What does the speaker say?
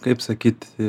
kaip sakyt